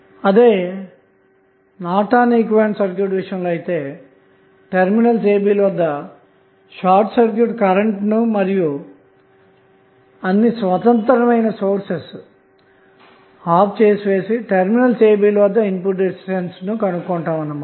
అదే Norton equivalent circuit విషయంలో అయితే టెర్మినల్స్ ab వద్ద షార్ట్ సర్క్యూట్ కరెంట్ను మరియు అన్ని స్వతంత్రమైన సోర్స్లు ఆఫ్ చేసి టెర్మినల్స్ ab ల వద్ద ఇన్పుట్ రెసిస్టెన్స్ ను కనుగొంటామన్నమాట